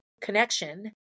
connection